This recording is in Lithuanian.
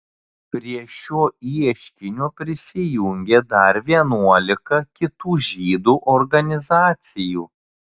prie šio ieškinio prisijungė dar vienuolika kitų žydų organizacijų